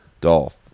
Dolph